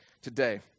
today